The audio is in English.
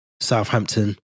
southampton